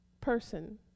person